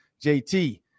jt